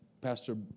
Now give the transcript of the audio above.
Pastor